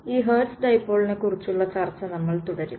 ഈ ഹെർട്സ് ഡിപോളിനെക്കുറിച്ചുള്ള ചർച്ച നമ്മൾ തുടരും